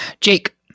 Jake